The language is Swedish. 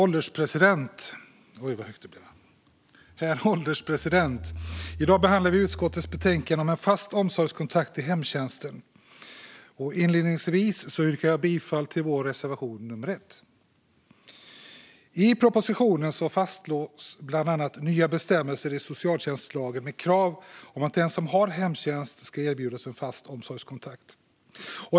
Herr ålderspresident! I dag behandlar vi utskottets betänkande om en fast omsorgskontakt i hemtjänsten. Inledningsvis vill jag yrka bifall till vår reservation, nummer 1. I propositionen föreslås bland annat nya bestämmelser i socialtjänstlagen med krav på att den som har hemtjänst ska erbjudas en fast omsorgskontakt.